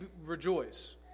rejoice